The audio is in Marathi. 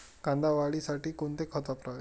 कांदा वाढीसाठी कोणते खत वापरावे?